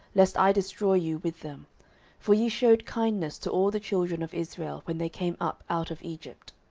lest i destroy you with them for ye shewed kindness to all the children of israel, when they came up out of egypt.